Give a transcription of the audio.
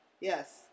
Yes